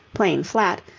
plane flat,